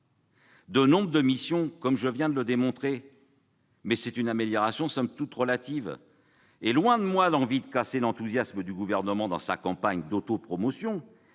de nombre de missions, comme je viens de le démontrer. Somme toute, l'amélioration est limitée. Loin de moi l'envie de casser l'enthousiasme du Gouvernement dans sa campagne d'autopromotion,